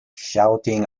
shouting